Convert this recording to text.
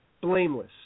blameless